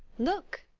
look,